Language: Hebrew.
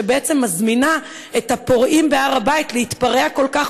שבעצם מזמינה את הפורעים בהר הבית להתפרע כל כך